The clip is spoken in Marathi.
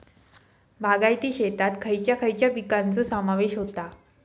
बागायती शेतात खयच्या खयच्या पिकांचो समावेश होता?